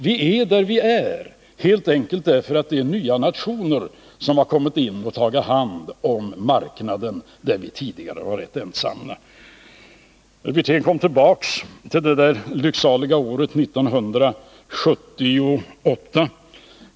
Vi är där vi är, helt enkelt därför att det är nya nationer som kommit in och tagit hand om marknader där vi tidigare varit ensamma. Rolf Wirtén kom tillbaka till det lycksaliga året 1978.